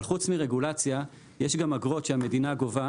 אבל חוץ מרגולציה יש גם אגרות שהמדינה גובה.